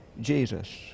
Jesus